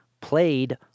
played